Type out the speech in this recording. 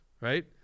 right